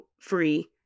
free